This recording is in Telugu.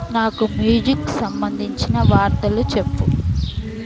నాకు మ్యూజిక్ సంబంధించిన వార్తలు చెప్పు